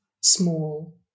small